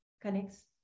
connects